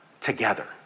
together